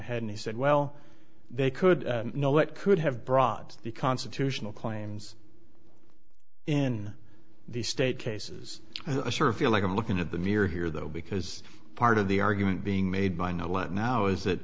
ahead and he said well they could know what could have brought the constitutional claims in the state cases i sort of feel like i'm looking at the mirror here though because part of the argument being made by no less now is that